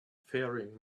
faring